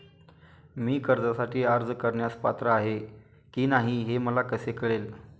मी कर्जासाठी अर्ज करण्यास पात्र आहे की नाही हे मला कसे कळेल?